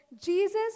Jesus